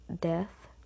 death